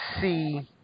see